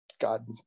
God